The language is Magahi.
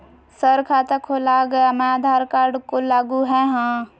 सर खाता खोला गया मैं आधार कार्ड को लागू है हां?